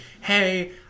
hey